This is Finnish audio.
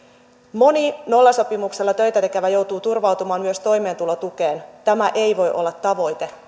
moni nollasopimuksella töitä tekevä joutuu turvautumaan myös toimeentulotukeen tämä ei voi olla tavoite